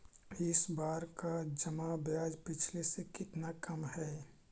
इस बार का जमा ब्याज पिछले से कितना कम हइ